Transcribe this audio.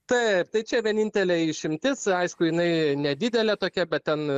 taip tai čia vienintelė išimtis aišku jinai nedidelė tokia bet ten